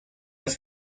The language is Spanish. las